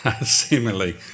seemingly